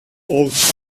oats